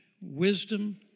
wisdom